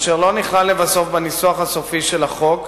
אשר לא נכלל לבסוף בנוסחו הסופי של החוק,